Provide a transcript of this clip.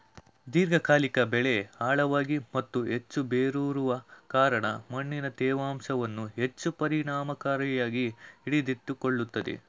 ದೀರ್ಘಕಾಲಿಕ ಬೆಳೆ ಆಳವಾಗಿ ಮತ್ತು ಹೆಚ್ಚು ಬೇರೂರುವ ಕಾರಣ ಮಣ್ಣಿನ ತೇವಾಂಶವನ್ನು ಹೆಚ್ಚು ಪರಿಣಾಮಕಾರಿಯಾಗಿ ಹಿಡಿದಿಟ್ಟುಕೊಳ್ತವೆ